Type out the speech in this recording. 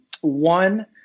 One